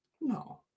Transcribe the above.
No